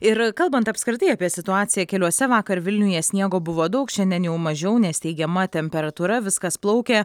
ir kalbant apskritai apie situaciją keliuose vakar vilniuje sniego buvo daug šiandien jau mažiau nes teigiama temperatūra viskas plaukia